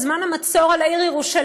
בזמן המצור על העיר ירושלים